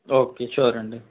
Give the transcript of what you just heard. okay sure అండి